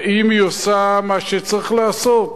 האם היא עושה מה שצריך לעשות?